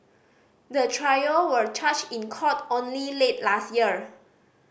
the trio were charged in court only late last year